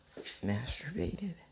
masturbated